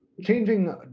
Changing